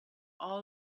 all